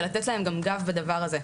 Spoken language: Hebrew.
ולתת להם גם גב בדבר הזה,